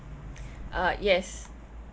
uh yes